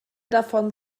davon